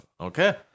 Okay